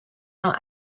not